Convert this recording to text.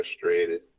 frustrated